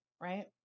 right